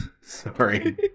sorry